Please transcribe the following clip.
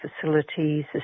facilities